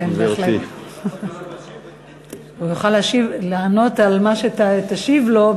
הוא יכול לענות על מה שתשיב לו,